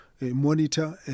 monitor